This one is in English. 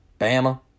Bama